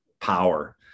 power